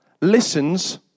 listens